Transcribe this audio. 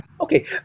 Okay